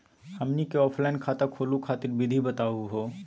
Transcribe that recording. हमनी क ऑफलाइन खाता खोलहु खातिर विधि बताहु हो?